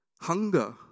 hunger